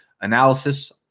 analysis